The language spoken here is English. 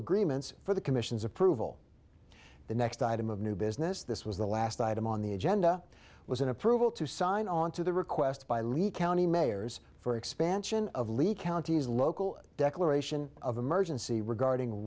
agreements for the commission's approval the next item of new business this was the last item on the agenda was an approval to sign on to the request by lee county mayors for expansion of leak our local declaration of emergency regarding